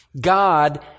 God